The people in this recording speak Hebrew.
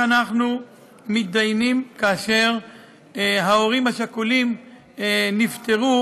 אנחנו מתדיינים כאשר ההורים השכולים נפטרו,